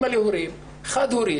אימא חד-הורית,